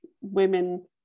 women